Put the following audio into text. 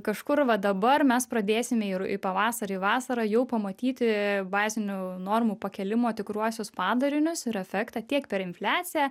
kažkur va dabar mes pradėsime ir į pavasarį vasarą jau pamatyti bazinių normų pakėlimo tikruosius padarinius ir efektą tiek per infliaciją